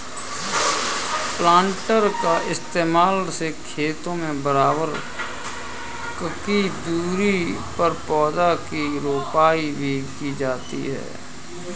planter का इस्तेमाल से खेतों में बराबर ककी दूरी पर पौधा की रोपाई भी की जाती है